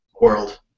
world